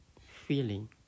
feeling